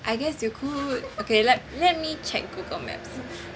I guess you could okay let let me check Google maps